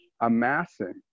amassing